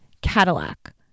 Cadillac